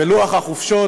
ולוח החופשות